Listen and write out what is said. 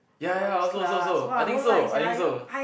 ya ya also also also I think so I think so